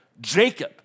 Jacob